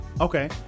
okay